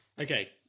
Okay